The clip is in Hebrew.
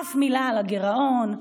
אף מילה על הגירעון,